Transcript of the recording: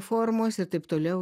formos ir taip toliau